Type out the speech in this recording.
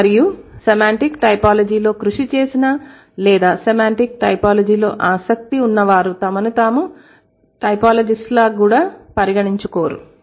మరియు సెమాంటిక్ టైపోలాజీలో కృషి చేసిన లేదా సెమాంటిక్ టైపోలాజీలో ఆసక్తి ఉన్న వారు తమను తాము టైపోలాజిస్టులుగా కూడా పరిగణించుకోరు